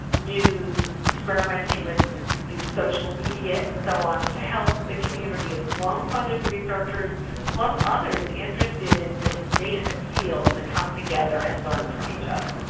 experimenting with new social media and so on, to help the community of sloan funded researchers plus others interested in this nascent field to come together and learn from each other.